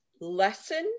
lessened